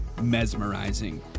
mesmerizing